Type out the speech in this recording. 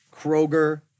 Kroger